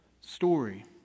story